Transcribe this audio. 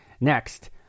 Next